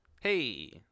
hey